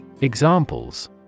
Examples